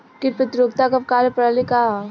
कीट प्रतिरोधकता क कार्य प्रणाली का ह?